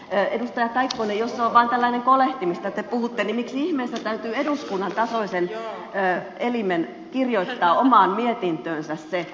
kaikkonen jos se on vain tällainen kolehti mistä te puhutte niin miksi ihmeessä täytyy eduskunnantasoisen elimen kirjoittaa omaan mietintöönsä se